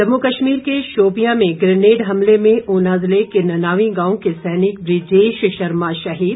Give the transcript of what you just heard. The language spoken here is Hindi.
जम्मू कश्मीर के शोपिया में ग्रेनेड हमले में ऊना जिले के ननावीं गांव के सैनिक बृजेश शर्मा शहीद